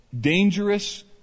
dangerous